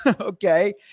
Okay